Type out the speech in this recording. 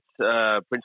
Prince